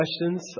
questions